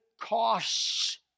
costs